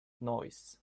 noise